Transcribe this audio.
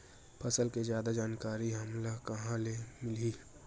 फसल के जादा जानकारी हमला कहां ले मिलही?